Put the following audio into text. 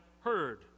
heard